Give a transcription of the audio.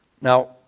Now